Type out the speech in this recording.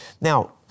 Now